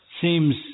seems